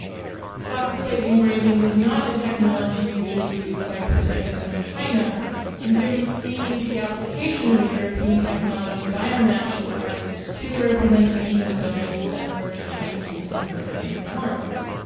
copperplate engraving was not a technology usually used by printmakers in china and here we see the application of a european technology by a manchu artist to the representation of buildings that merged chinese and european forms.